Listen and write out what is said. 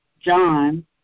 John